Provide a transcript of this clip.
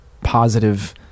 positive